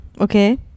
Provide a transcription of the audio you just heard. Okay